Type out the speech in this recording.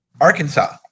Arkansas